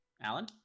Alan